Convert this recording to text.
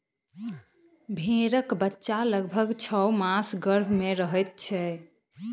भेंड़क बच्चा लगभग छौ मास गर्भ मे रहैत छै